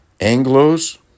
Anglos